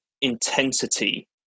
intensity